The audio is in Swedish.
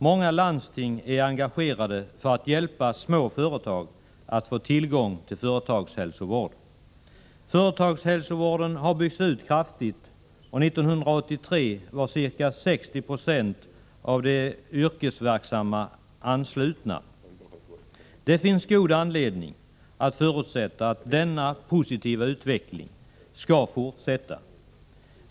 Många landsting är engagerade för att hjälpa små företag att få tillgång till företagshälsovård. Företagshälsovården har byggts ut kraftigt, och 1983 var ca 6070 av de yrkesverksamma anslutna. Det finns god anledning att förutsätta att denna positiva utveckling skall fortsätta.